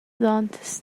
aunt